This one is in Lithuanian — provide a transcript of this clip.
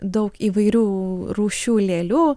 daug įvairių rūšių lėlių